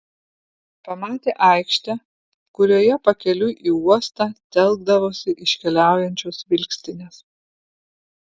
pamatė aikštę kurioje pakeliui į uostą telkdavosi iškeliaujančios vilkstinės